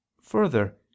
further